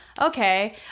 okay